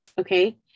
Okay